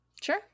Sure